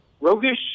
roguish